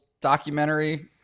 documentary